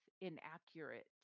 inaccurate